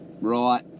right